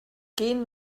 gehen